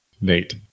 Nate